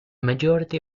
majority